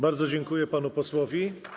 Bardzo dziękuję panu posłowi.